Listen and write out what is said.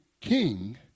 king